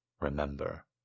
remember